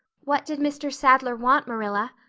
what did mr. sadler want, marilla?